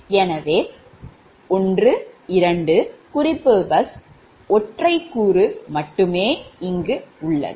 எனவே 1 2 குறிப்பு பஸ் ஒற்றை கூறு மட்டுமே உள்ளது